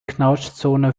knautschzone